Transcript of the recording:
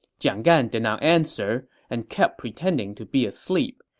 jiang gan did not answer and kept pretending to be asleep.